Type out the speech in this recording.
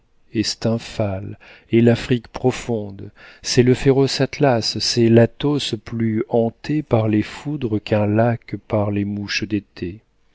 et l'afrique profonde c'est le féroce atlas c'est l'athos plus hanté par les foudres qu'un lac par les mouches d'été